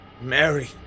Mary